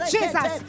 Jesus